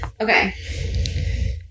Okay